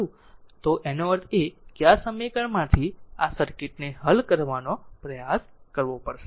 અને આનો અર્થ એ કે આ સમીકરણમાંથી આ સર્કિટને હલ કરવાનો પ્રયાસ કરવો પડશે